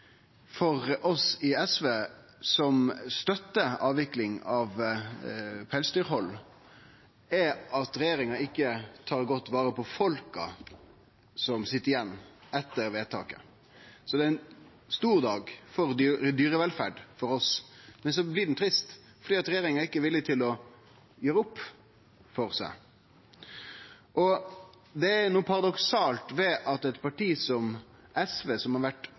for oss i SV, som støttar avvikling av pelsdyrhald, er at regjeringa ikkje tar godt vare på folka som sit igjen etter vedtaket. For oss er det ein stor dag for dyrevelferd, men så blir han trist fordi regjeringa ikkje er villig til å gjere opp for seg. Det er noko paradoksalt ved at eit parti som SV, som har vore